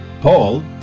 Paul